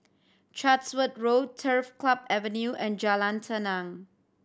Chatsworth Road Turf Club Avenue and Jalan Tenang